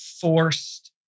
forced